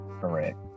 correct